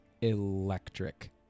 electric